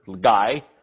guy